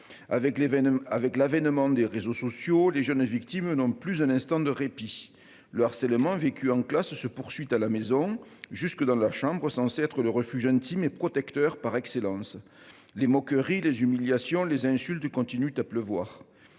avec l'avènement des réseaux sociaux, les jeunes victimes non plus un instant de répit. Le harcèlement vécu en classe se poursuit à la maison jusque dans la chambre, censée être le refuge intime et protecteur par excellence, les moqueries, les humiliations, les insultes continuent à pleuvoir.